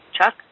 Chuck